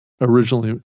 originally